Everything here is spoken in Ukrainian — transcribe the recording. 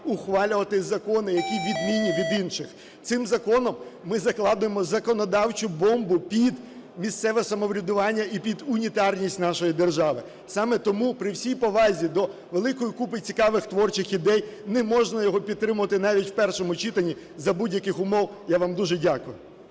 ухвалювати закони, які відмінні від інших. Цим законом ми закладаємо законодавчу бомбу під місцеве самоврядування і під унітарність нашої держави. Саме тому, при всій повазі до великої купи цікавих, творчих ідей, не можна його підтримувати навіть в першому читанні за будь-яких умов. Я вам дуже дякую.